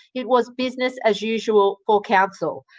it was business as usual for council.